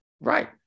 Right